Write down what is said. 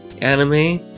anime